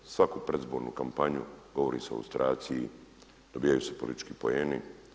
Svaku predizbornu kampanju, govori se o lustraciji, dobijaju se politički poeni.